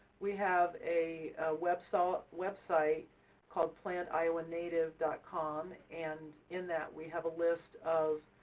we have a website website called plantiowanative com, and in that we have a list of